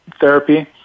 therapy